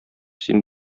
син